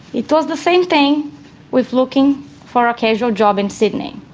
it was the same thing with looking for a casual job in sydney.